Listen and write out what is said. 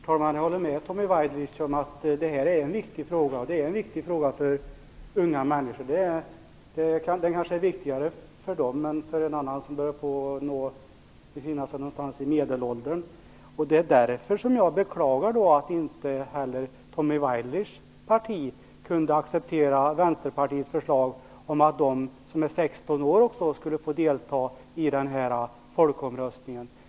Herr talman! Jag håller med Tommy Waidelich om att detta är en viktig fråga. Det är en viktig fråga för unga människor. Det kanske är viktigare för dem är för en annan, som börjar befinna sig någonstans i medelåldern. Det är därför jag beklagar att inte heller Tommy Waidelichs parti kunde acceptera Vänsterpartiets förslag om att de som är 16 år också skulle få delta i folkomröstningen.